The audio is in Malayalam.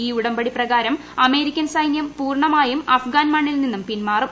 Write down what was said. ഈ ഉടമ്പടി പ്രകാരം അമേരിക്കൻ സൈനൃം പൂർണ്ണമായും അഫ്ഗാൻ മണ്ണിൽ നിന്ന് പിൻമാറും